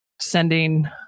sending –